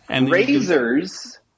Razors